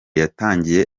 yatangiye